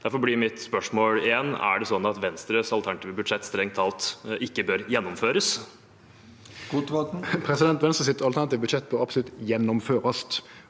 Derfor blir mitt spørsmål – igjen: Er det sånn at Venstres alternative budsjett strengt tatt ikke bør gjennomføres?